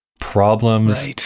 problems